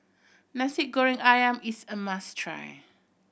Nasi Goreng Ayam is a must try